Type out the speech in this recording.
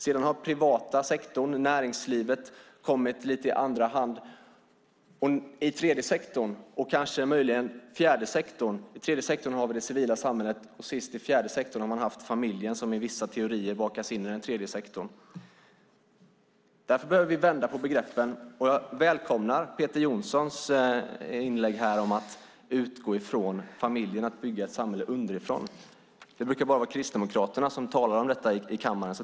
Sedan har privata sektorn, näringslivet, kommit lite i andra hand. I den tredje sektorn finns det civila samhället. Sist i fjärde sektorn har det varit familjen, som i vissa teorier bakas in i den tredje sektorn. Därför behöver vi vända på begreppen. Jag välkomnar Peter Johnssons inlägg om att utgå från familjen, att bygga ett samhälle underifrån. Det brukar bara vara Kristdemokraterna som talar om detta i kammaren.